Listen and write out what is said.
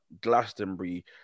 Glastonbury